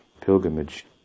pilgrimage